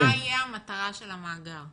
מה תהיה המטרה של המאגר?